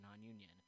non-union